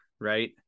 Right